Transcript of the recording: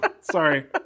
Sorry